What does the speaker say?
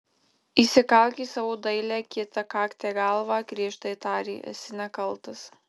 įsikalk į savo dailią kietakaktę galvą griežtai tarė esi nekaltas